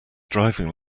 driving